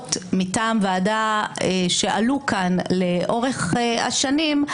הצעות מטעם ועדה שעלו כאן לאורך השנים,